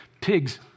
pigs